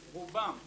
רובם,